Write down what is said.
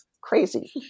crazy